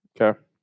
Okay